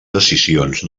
decisions